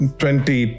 twenty